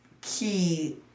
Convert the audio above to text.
key